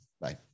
Bye